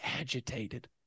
agitated